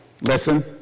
listen